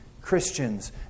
Christians